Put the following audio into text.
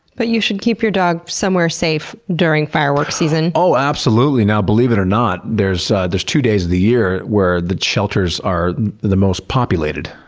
but you should keep your dog somewhere safe during fireworks season? oh absolutely! now believe it or not, there's there's two days of the year where the shelters are the most populated.